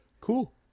Cool